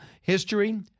history